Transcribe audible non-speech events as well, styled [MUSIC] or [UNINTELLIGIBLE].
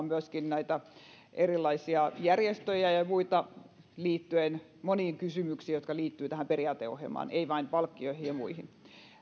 [UNINTELLIGIBLE] myöskin erilaisia järjestöjä ja muita liittyen moniin kysymyksiin jotka liittyvät tähän periaateohjelmaan ei vain palkkioihin ja muihin